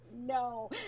no